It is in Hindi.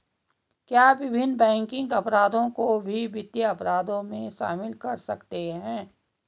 क्या विभिन्न बैंकिंग अपराधों को भी वित्तीय अपराधों में शामिल कर सकते हैं?